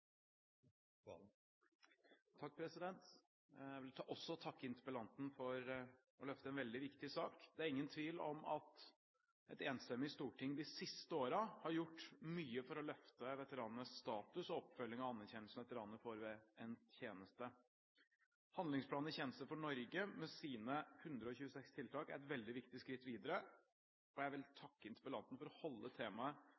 ingen tvil om at et enstemmig storting de siste årene har gjort mye for å løfte veteranenes status og oppfølgingen og anerkjennelsen veteranene får ved en tjeneste. Handlingsplanen I tjeneste for Norge, med sine 126 tiltak, er et veldig viktig skritt videre, og jeg vil takke interpellanten for å holde temaet